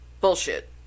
Bullshit